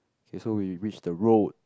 K so we reached the road